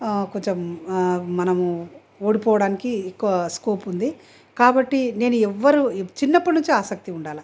కొంచెం మనము ఓడిపోవడానికి ఎక్కువ స్కోప్ ఉంది కాబట్టి నేను ఎవరూ చిన్నప్పటి నుంచి ఆసక్తి ఉండాలి